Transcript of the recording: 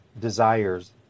desires